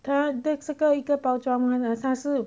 他一个包装的他是